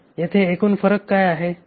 तर येथे एकूण फरक काय आहे